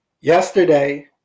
Yesterday